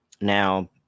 Now